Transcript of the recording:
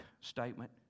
statement